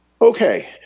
okay